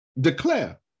declare